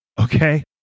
okay